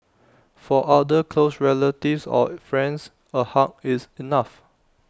for other close relatives or friends A hug is enough